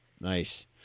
Nice